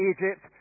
Egypt